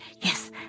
Yes